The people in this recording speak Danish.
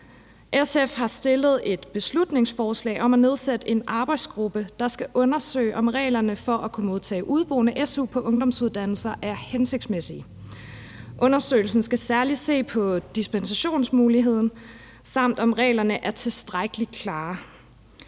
SF har fremsat et beslutningsforslag om at nedsætte en arbejdsgruppe, der skal undersøge, om reglerne for at kunne modtage su som udeboende på ungdomsuddannelser er hensigtsmæssige. Undersøgelsen skal særlig se på dispensationsmuligheden, samt om reglerne er tilstrækkelig klare.